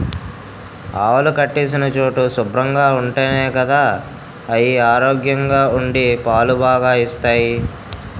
ఆవులు కట్టేసిన చోటు శుభ్రంగా ఉంటేనే గదా అయి ఆరోగ్యంగా ఉండి పాలు బాగా ఇస్తాయి